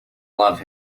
love